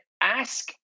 ask